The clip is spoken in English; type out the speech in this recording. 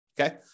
okay